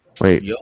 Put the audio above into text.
Wait